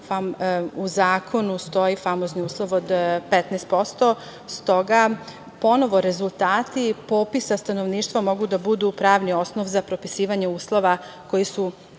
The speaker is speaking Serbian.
u zakonu stoji famozni uslov od 15%.S toga, ponovo, rezultati popisa stanovništva mogu da budu pravni osnov za propisivanje uslova koji su